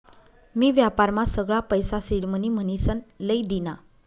मी व्यापारमा सगळा पैसा सिडमनी म्हनीसन लई दीना